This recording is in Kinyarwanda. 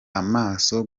amaso